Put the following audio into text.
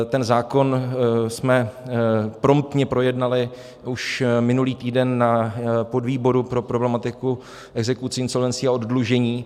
Ten zákon jsme promptně projednali už minulý týden na podvýboru pro problematiku exekucí, insolvencí a oddlužení.